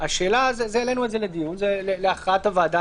העלינו את זה לדיון להכרעת הוועדה.